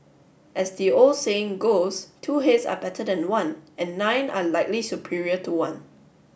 as the old saying goes two heads are better than one and nine are likely superior to one